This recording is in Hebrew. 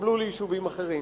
יתקבלו ליישובים אחרים,